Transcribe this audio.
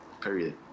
period